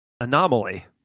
anomaly